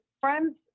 friends